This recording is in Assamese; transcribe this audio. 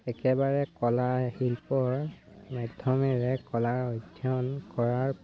একেবাৰে কলা শিল্পৰ মাধ্যমেৰে কলাৰ অধ্যয়ন কৰাৰ